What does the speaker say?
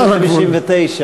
12:00, בדיוק, צהריים טובים.